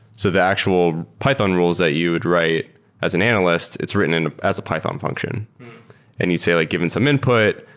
so the actual python rules that you would write as an analyst, it's written as a python function and you say like, given some input,